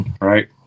Right